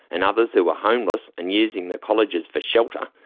and others who were homeless and using the colleges for shelter,